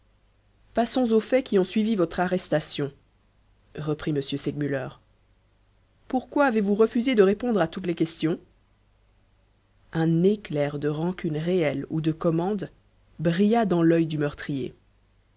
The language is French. passons aux faits qui ont suivi votre arrestation reprit m segmuller pourquoi avez-vous refusé de répondre à toutes les questions un éclair de rancune réelle ou de commande brilla dans l'œil du meurtrier